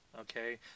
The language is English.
okay